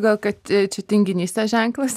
gal kad čia tinginystės ženklas